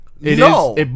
No